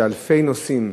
שאלפי נוסעים,